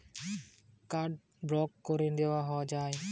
ব্যাংকের ওয়েবসাইটে গিয়ে কার্ড ব্লক কোরে দিয়া যায়